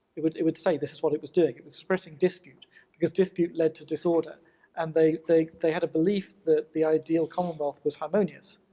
it would it would say this was what it was doing, it was spreading dispute because dispute led to disorder and they they had a belief that the ideal commonwealth was harmonious.